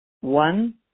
One